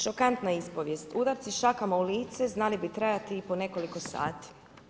Šokantna ispovijest: „Udarci šakama u lice znali bi trajati i po nekoliko sati.